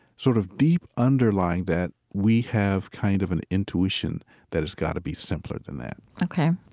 sort of deep underlying that, we have kind of an intuition that it's got to be simpler than that ok.